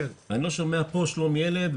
אני לא שומע פה שלום הילד,